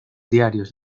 diarios